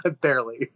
Barely